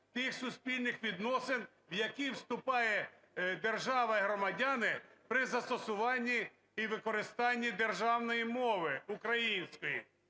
тих суспільних відносин, в які вступає держава і громадяни при застосуванні і використанні державної мови української.